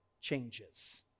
changes